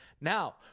now